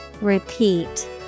Repeat